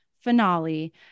finale